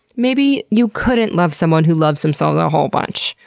maybe you couldn't love someone who loves themselves a whole bunch.